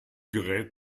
gerät